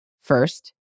First